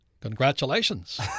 Congratulations